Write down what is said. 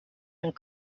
and